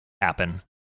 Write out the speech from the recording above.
happen